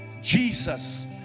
Jesus